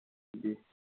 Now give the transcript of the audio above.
जी